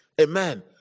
Amen